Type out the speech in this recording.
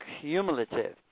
cumulative